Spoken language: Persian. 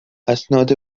اسناد